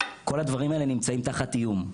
כל הדברים האלה נמצאים תחת איום.